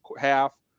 half